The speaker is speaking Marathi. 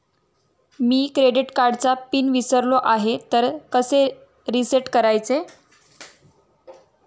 मी क्रेडिट कार्डचा पिन विसरलो आहे तर कसे रीसेट करायचे?